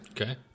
Okay